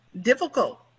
difficult